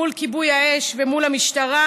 מול כיבוי האש ומול המשטרה,